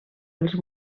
els